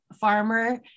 farmer